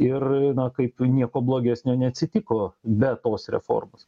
ir kaip nieko blogesnio neatsitiko be tos reformos